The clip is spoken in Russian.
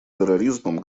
терроризмом